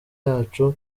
yacu